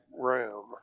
room